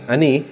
Ani